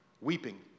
weeping